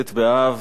ט' באב,